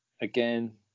again